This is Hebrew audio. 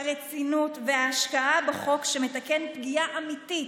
הרצינות וההשקעה בחוק שמתקן פגיעה אמיתית,